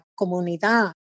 Comunidad